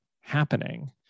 happening